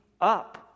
up